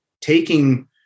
taking